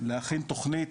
להכין תכנית,